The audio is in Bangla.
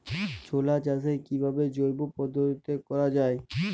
ছোলা চাষ কিভাবে জৈব পদ্ধতিতে করা যায়?